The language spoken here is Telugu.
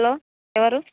హలో ఎవరు